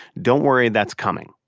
don't worry that's coming.